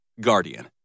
Guardian